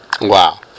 Wow